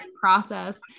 process